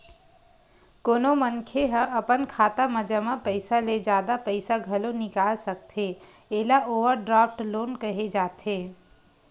कोनो मनखे ह अपन खाता म जमा पइसा ले जादा पइसा घलो निकाल सकथे एला ओवरड्राफ्ट लोन केहे जाथे